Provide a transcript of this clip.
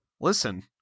listen